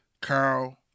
Carl